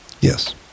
Yes